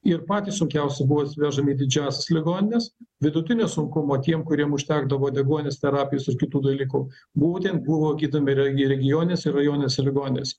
ir patys sunkiausi buvo vežami į didžiąsias ligonines vidutinio sunkumo tiem kuriem užtekdavo deguonies terapijos su kitų dalykų būtent buvo gydomi regi regioninėse ir rajoninėse ligoninėse